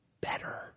better